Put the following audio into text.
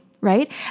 right